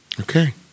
Okay